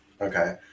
Okay